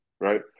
right